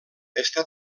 està